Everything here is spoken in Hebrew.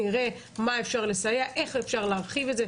אנחנו נראה במה אפשר לסייע ואיך אפשר להרחיב את זה.